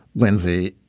lindsey,